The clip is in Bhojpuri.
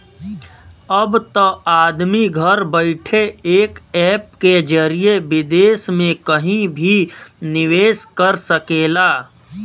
अब त आदमी घर बइठे एक ऐप के जरिए विदेस मे कहिं भी निवेस कर सकेला